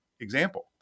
example